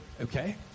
okay